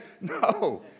No